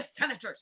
senators